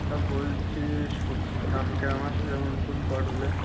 তা বলছি যে সবজির দাম কেমন আছে যেমন ধরুন পটলের